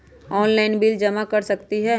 Online bill जमा कर सकती ह?